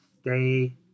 stay